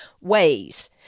ways